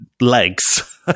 legs